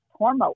Tormo